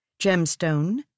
gemstone